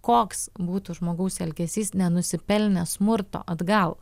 koks būtų žmogaus elgesys nenusipelnė smurto atgal